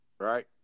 Right